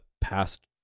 past